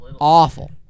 awful